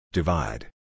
Divide